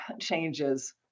changes